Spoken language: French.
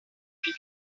fit